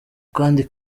kandi